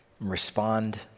respond